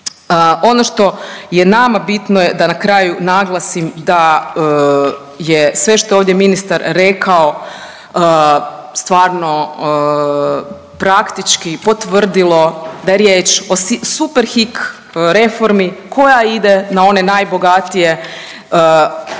Ono što je nama bitno, je da na kraju naglasim da je sve što je ovdje ministar rekao stvarno praktički potvrdilo da je riječ o Superhik reformi koja ide na one najbogatije i